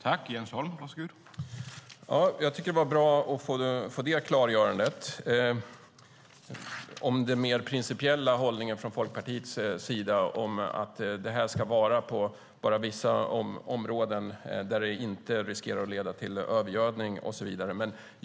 Herr talman! Jag tycker att det var bra att få detta klargörande om den mer principiella hållningen från Folkpartiets sida, att detta ska finnas bara på vissa områden där det inte riskerar att leda till övergödning och så vidare.